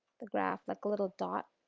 the graph like a little dot,